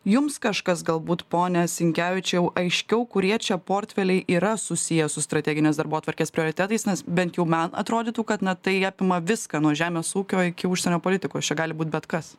jums kažkas galbūt pone sinkevičiau aiškiau kurie čia portfeliai yra susiję su strateginės darbotvarkės prioritetais nes bent jau man atrodytų kad na tai apima viską nuo žemės ūkio iki užsienio politikos čia gali būt bet kas